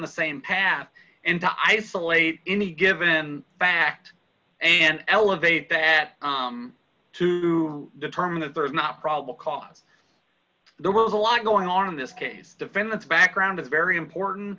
the same path into isolate any given fact and elevate that to determine that there is not probable cause there was a lot going on in this case defendant's background is very important